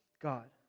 God